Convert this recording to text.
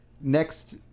next